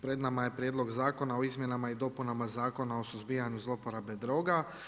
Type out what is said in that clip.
Pred nama je Prijedlog zakona o izmjenama i dopunama Zakona o suzbijanju zlouporabe droga.